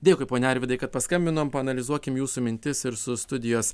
dėkui pone arvydai kad paskambinom paanalizuokim jūsų mintis ir su studijos